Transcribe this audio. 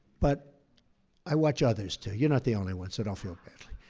but i watch others too. you're not the only one, so don't feel badly.